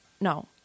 no